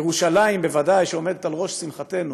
ירושלים בוודאי עומדת על ראש שמחתנו.